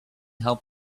help